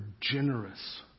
generous